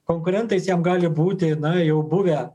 konkurentais jam gali būti na jau buvę